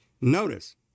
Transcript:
notice